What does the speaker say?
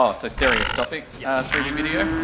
ah so stereoscopic yeah three d video,